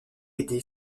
aidé